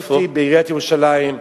בעיריית ירושלים.